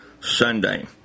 Sunday